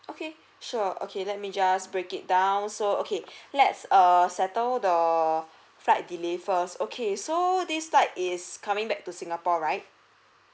okay sure okay let me just break it down so okay let's err settle the flight delay first okay so this flight is coming back to singapore right